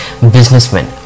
businessmen